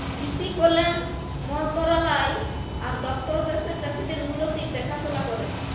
কিসি কল্যাল মলতরালায় আর দপ্তর দ্যাশের চাষীদের উল্লতির দেখাশোলা ক্যরে